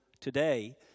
today